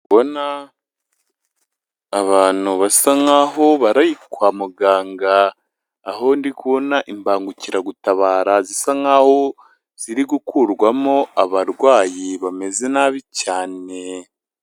Ndi kubona abantu basa nkaho kwa muganga, aho ndi kubona imbangukiragutabara zisa nkaho ziri gukurwamo abarwayi bameze nabi cyane.